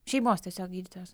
šeimos tiesiog gydytojas